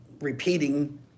repeating